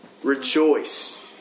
Rejoice